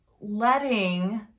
letting